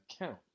account